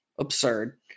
absurd